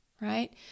right